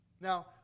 Now